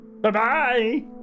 bye-bye